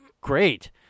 great